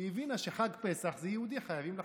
היא הבינה שחג פסח ויהודי, חייבים לחתום.